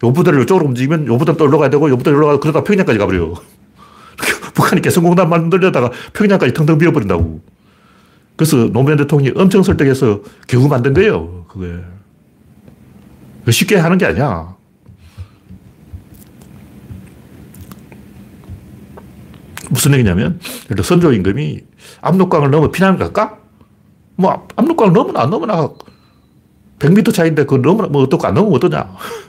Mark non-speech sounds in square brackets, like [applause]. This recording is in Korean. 요 부대를 이쪽으로 움직이면 요 부대로 또 올라가야 되고, 요 부대로 올라가고 그러다가 평양까지 가버려요. [laughs] 북한이 개성공단 만들려다가 평양까지 텅텅 비워버린다고. 그래서 노무현 대통령이 엄청 설득해서 겨우 만든 거예요, 그거. 그거 쉽게 하는 게 아니야. 무슨 얘기냐면, 예를 들어 선조 임금이 압록강을 넘어 피난을 갈까? 뭐, 압록강을 넘어나 안 넘어나? 100m 차이인데 그걸 넘어나, 뭐 어떡하- 안 넘으면 어떠냐?